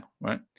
Right